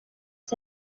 cyo